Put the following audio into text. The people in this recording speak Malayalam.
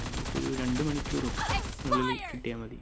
ഞങ്ങള്ക്ക് ഒരു രണ്ട് മണിക്കൂറിന് ഉള്ളിൽ കിട്ടിയാൽ മതി